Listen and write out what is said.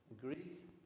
Greek